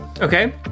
Okay